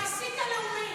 המסית הלאומי.